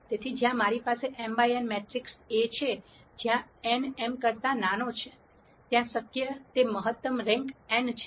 તેથી જ્યાં મારી પાસે m by n matrix A છે જ્યાં n m કરતા નાનો છે ત્યાં શક્ય તે મહત્તમ રેન્ક n છે